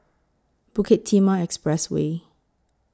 Bukit Timah Expressway